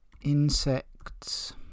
insects